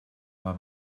war